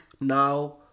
now